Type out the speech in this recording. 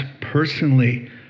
personally